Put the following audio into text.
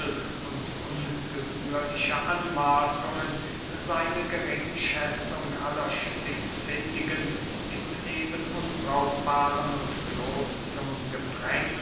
und ungebührliche anmaßungen seine geringschätzung aller spitzfündigen im leben unbrauchbaren und bloß zum gepräng